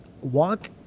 walk